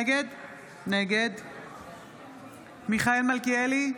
נגד מיכאל מלכיאלי,